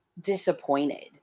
disappointed